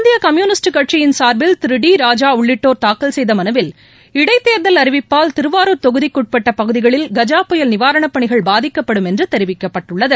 இந்திய கம்யூனிஸ்ட் கட்சியின் சார்பில் திரு டி ராஜா உள்ளிட்டோர் தாக்கல் செய்த மனுவில் இடைத்தேர்தல் அறிவிப்பால் திருவாரூர் தொகுதிக்குப்பட்ட பகுதிகளில் கஜா புயல் நிவாரணப் பணிகள் பாதிக்கப்படும் என்று தெரிவிக்கப்பட்டுள்ளது